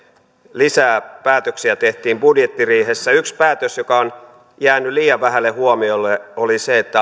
lisää päätöksiä tehtiin budjettiriihessä yksi päätös joka on jäänyt liian vähälle huomiolle oli se että